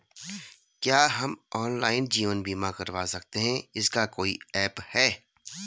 क्या हम ऑनलाइन जीवन बीमा करवा सकते हैं इसका कोई ऐप है?